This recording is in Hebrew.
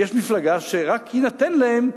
ויש מפלגה שרק יינתן להם,